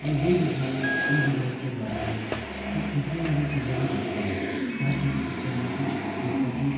और ये वीडियोज़ इन वीडियोज़ के द्वारा ही मैं कुछ सीखने वाली चीज़ें भी देखता हूँ ताकि इससे मैं कुछ सीख सकूँ